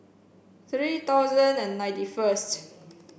three thousand and ninety first